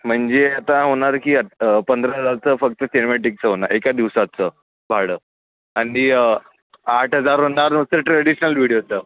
म्हणजे आता होणार की आत् पंधरा हजार तर फक्त सिनेमॅटिकचं होणार एका दिवसाचं भाडं आणि आठ हजार होणार फक्त ट्रेडिशनल विडियोचं